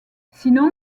sinon